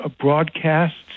broadcasts